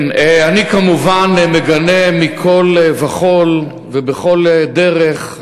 אני כמובן מגנה מכול וכול ובכל דרך,